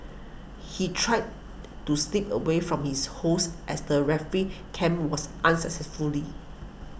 he tried to slip away from his hosts as the refugee camp was unsuccessfully